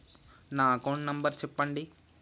నా account number చెప్పండి?